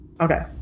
Okay